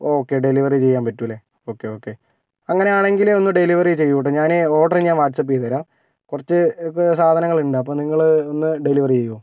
okay delivery ചെയ്യാൻ പറ്റുമല്ലേ okay okay അങ്ങനെ ആണെങ്കിൽ ഒന്ന് ഡെലിവറി ചെയ്യൂ കേട്ടോ ഞാൻ ഓർഡർ ഞാൻ വാട്സ്ആപ്പ് ചെയ്തു തരാം കുറച്ച് സാധനങ്ങൾ ഉണ്ട് അപ്പം നിങ്ങൾ ഒന്ന് ഡെലിവറി ചെയ്യുമോ